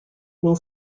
will